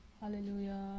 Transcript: Hallelujah